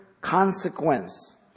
Consequence